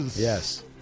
Yes